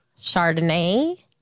Chardonnay